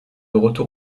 retour